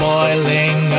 Boiling